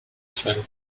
sale